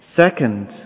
Second